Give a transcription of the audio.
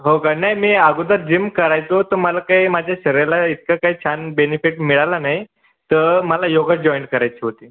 हो का नाही मी अगोदर जिम करायचो तर मला काही माझ्या शरीराला इतका काही छान बेनिफिट मिळाला नाही तर मला योगा जॉइन करायची होती